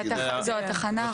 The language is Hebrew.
זו התחנה האחרונה.